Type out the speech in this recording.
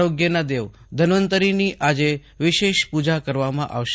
આરોગ્યના દેવ ધન્વંતરીની આજે વિશેષ પૂજા કરવામાં આવશે